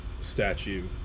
statue